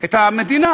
את המדינה.